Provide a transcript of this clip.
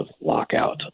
lockout